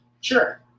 Sure